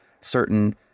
certain